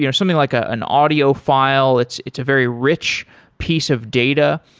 you know something like ah an audio file. it's it's a very rich piece of data.